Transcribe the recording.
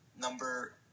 Number